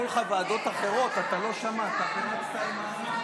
ההצעה להעביר את הצעת חוק לתיקון פקודת האגודות